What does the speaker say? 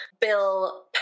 bill